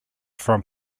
from